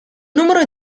numero